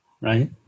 right